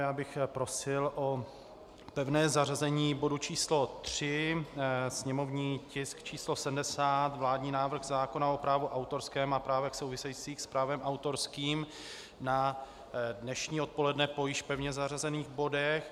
Já bych prosil o pevné zařazení bodu číslo 3, sněmovní tisk číslo 70, vládní návrh zákona o právu autorském a právech souvisejících s právem autorským, na dnešní odpoledne po již pevně zařazených bodech.